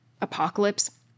apocalypse